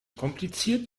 kompliziert